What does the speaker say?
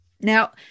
now